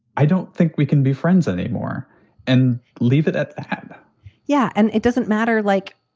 i don't think we can be friends anymore and leave it at that yeah, and it doesn't matter. like,